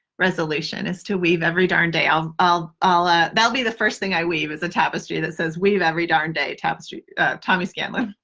resolution is to weave every darn day. um um ah ah that will be the first thing i weave is a tapestry that says weave every darn day. tommye scanlin.